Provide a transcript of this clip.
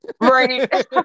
right